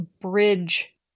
bridge